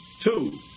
Two